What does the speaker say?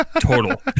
total